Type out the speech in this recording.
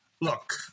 Look